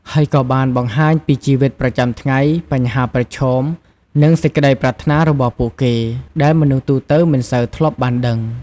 ហើយក៏បានបង្ហាញពីជីវិតប្រចាំថ្ងៃ បញ្ហាប្រឈម និងសេចក្តីប្រាថ្នារបស់ពួកគេ ដែលមនុស្សទូទៅមិនសូវធ្លាប់បានដឹង ។